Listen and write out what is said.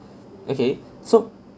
okay so